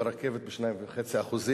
ברכבת ב-2.5%,